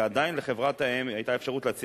ועדיין לחברת-האם היתה אפשרות להציע